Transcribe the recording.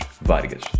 Vargas